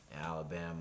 Alabama